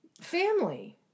family